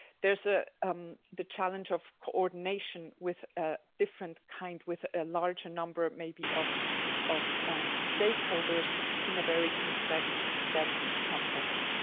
there's ah um the challenge of coordination with a different kind, with a larger number maybe of of um stakeholders in a very complex, dense context.